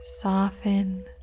soften